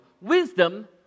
Wisdom